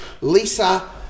Lisa